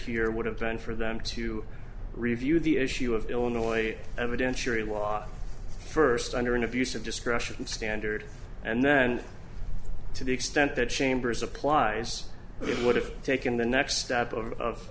here would have been for them to review the issue of illinois evidentiary law first under an abuse of discretion standard and then to the extent that chambers applies it would have taken the next step of